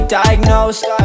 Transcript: diagnosed